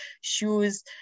shoes